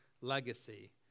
legacy